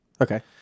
Okay